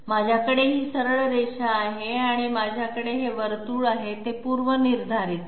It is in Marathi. माझ्याकडे ही सरळ रेषा आहे आणि माझ्याकडे हे वर्तुळ आहे ते पूर्वनिर्धारित आहेत